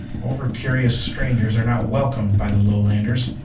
over-curious strangers are not welcomed by the lowlanders.